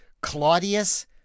Claudius